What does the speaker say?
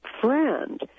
friend